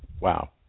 Wow